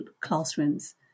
classrooms